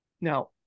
Now